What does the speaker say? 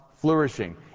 flourishing